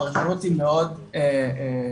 הפרשנות היא מאוד צרה.